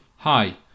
Hi